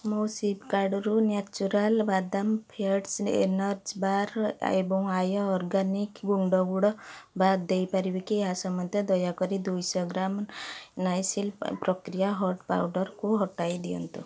ମୋ ସିପ୍ କାର୍ଟ୍ରୁ ନ୍ୟାଚୁରାଲ୍ ବାଦାମ ଫିଏଷ୍ଟା ଏନର୍ଜି ବାର୍ ଏବଂ ଆର୍ୟ ଅର୍ଗାନିକ ଗୁଣ୍ଡ ଗୁଡ଼ ବାଦ୍ ଦେଇପାରିବେ କି ଏହା ସମେତ ଦୟାକରି ଦୁଇଶହ ଗ୍ରାମ୍ ନାଇସିଲ୍ ପ୍ରିକ୍ଲି ହିଟ୍ ପାଉଡର୍କୁ ହଟାଇ ଦିଅନ୍ତୁ